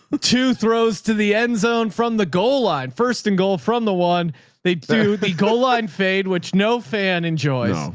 to throws to the end zone from the goal line first and goal from the one they do the goal line fade, which no fan enjoys.